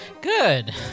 Good